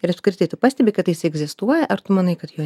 ir apskritai tu pastebi kad jis egzistuoja ar tu manai kad jo